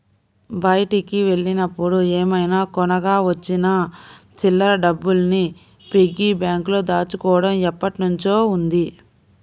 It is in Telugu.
బయటికి వెళ్ళినప్పుడు ఏమైనా కొనగా వచ్చిన చిల్లర డబ్బుల్ని పిగ్గీ బ్యాంకులో దాచుకోడం ఎప్పట్నుంచో ఉంది